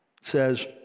says